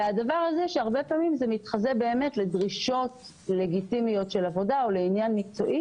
הרבה פעמים זה מתחזה לדרישות לגיטימיות של עבודה או לעניין מקצועי